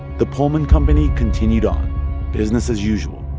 the pullman company continued on business as usual.